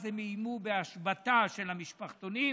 אז הן איימו בהשבתה של המשפחתונים,